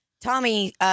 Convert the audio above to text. Tommy